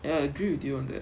ya I agree with you on that